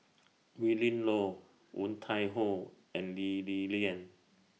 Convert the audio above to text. Willin Low Woon Tai Ho and Lee Li Lian